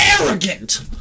arrogant